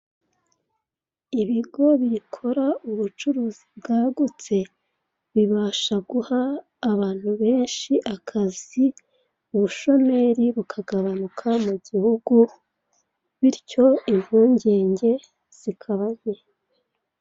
Ahantu henshi mu maduka acuruza ibiribwa uhasanga urupapuro turiho ibiribwa bitandukanye bitondetse ku murongo